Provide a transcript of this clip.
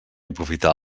aprofitar